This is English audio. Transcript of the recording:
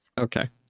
Okay